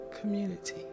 community